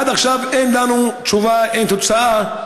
עד עכשיו אין לנו תשובה, אין תוצאה.